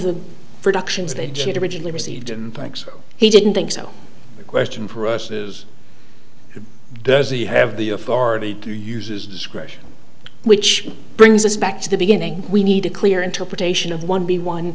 the productions they get originally received and thank so he didn't think so the question for us is does he have the authority to use his discretion which brings us back to the beginning we need a clear interpretation of one b one